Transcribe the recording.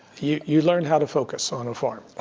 you you learn how to focus on a farm.